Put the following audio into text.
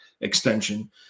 extension